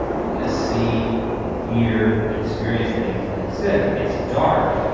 you're gonna see and hear and experience things. and like you said, it's dark.